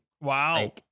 Wow